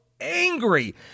angry